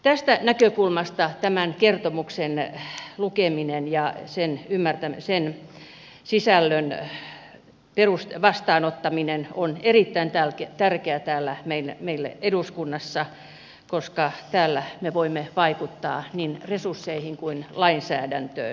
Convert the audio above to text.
tästä näkökulmasta tämän kertomuksen lukeminen ja sen sisällön vastaanottaminen on erittäin tärkeää meille täällä eduskunnassa koska täällä me voimme vaikuttaa niin resursseihin kuin lainsäädäntöön